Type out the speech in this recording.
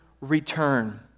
return